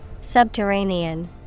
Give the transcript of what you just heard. Subterranean